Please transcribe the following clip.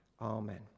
Amen